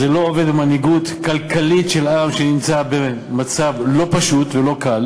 זה לא עובד במנהיגות כלכלית של עם שנמצא במצב לא פשוט ולא קל.